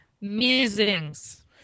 musings